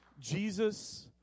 Jesus